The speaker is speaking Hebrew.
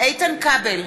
איתן כבל,